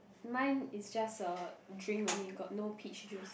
mine is just a drink only got no peach juice